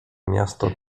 miasto